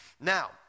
Now